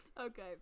Okay